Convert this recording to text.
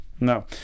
no